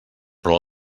però